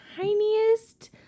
tiniest